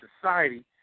society